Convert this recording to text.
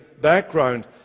background